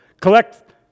collect